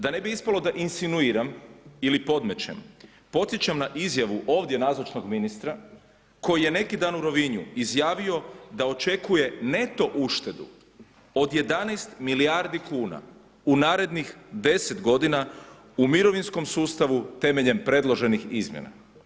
Da ne bi ispalo da insinuiram ili podmećem podsjećam na izjavu ovdje nazočnog ministra koji je neki dan u Rovinju izjavio da očekuje neto uštedu od 11 milijardi kuna u narednih 10 godina u mirovinskom sustavu temeljem predloženih izmjena.